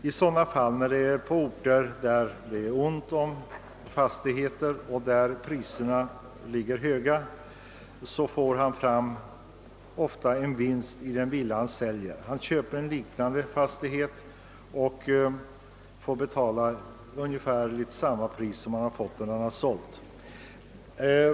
Om han flyttar från en ort där det är ont om fastigheter och där priserna ligger högt gör han ofta en vinst på försäljningen, men han köper en liknande fastighet och betalar ungefär samma pris som han har fått för den han sålt.